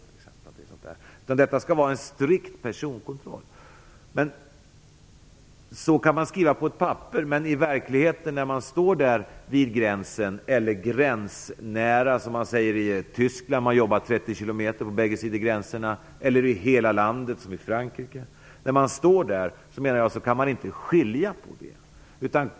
Det skall alltså vara en strikt personkontroll. Det ser bra ut på papperet, men verkligheten ser annorlunda ut. Om man befinner sig vid gränsen, eller gränsnära som man säger i Tyskland, om man jobbar 30 km på den ena eller andra sidan gränsen eller i hela landet, som i Frankrike, går det inte att göra någon åtskillnad.